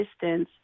distance